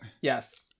Yes